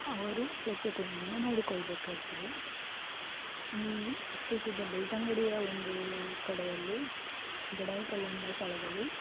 ಅವರು ಸ್ವಚ್ಛತೆಯನ್ನು ನೋಡಿಕೊಳ್ಬೇಕಾಗ್ತದೆ ಈ ಇತ್ತೀಚೆಗೆ ಬೆಳ್ತಂಗಡಿಯ ಒಂದು ಕಡೆಯಲ್ಲಿ ಗಡಾಯಿಕಲ್ಲೆಂಬ ಸ್ಥಳದಲ್ಲಿ